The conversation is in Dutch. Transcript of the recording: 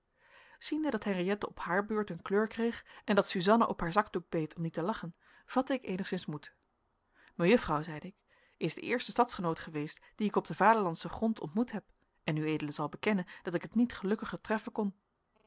ziende dat henriëtte op haar beurt een kleur kreeg en dat suzanna op haar zakdoek beet om niet te lachen vatte ik eenigszins moed mejuffrouw zeide ik is de eerste stadgenoot geweest die ik op den vaderlandschen grond ontmoet heb en ued zal bekennen dat ik het niet gelukkiger treffen kon